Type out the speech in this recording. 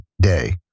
day